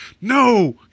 no